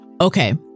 Okay